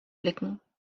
blicken